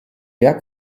der